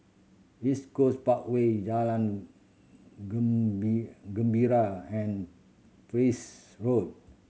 East Coast Parkway Jalan Gembira and Peirce Road